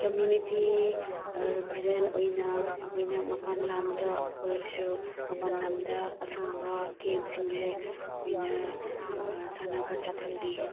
community representative ꯑꯣꯏꯅ ꯑꯩꯈꯣꯏꯅ ꯃꯄꯥꯟ ꯂꯝꯗ ꯑꯣꯏꯔꯁꯨ ꯃꯄꯥꯟ ꯂꯝꯗ ꯑꯁꯨꯝꯕ ꯒꯦꯝꯁꯤꯡꯁꯦ ꯑꯩꯈꯣꯏꯅ ꯁꯥꯟꯅꯕ ꯆꯠꯍꯜꯂꯤ